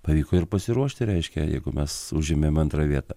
pavyko ir pasiruošti reiškia jeigu mes užėmėm antrą vietą